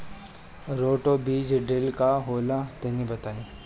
Roto बीज drill का होला तनि बताई?